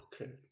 okay